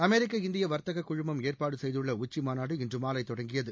அமெரிக்க இந்திய வர்த்தக குழுமம் ஏற்பாடு செய்துள்ள உச்சி மாநாடு இன்று மாலை தொடங்கியது